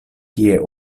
kie